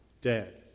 dead